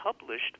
published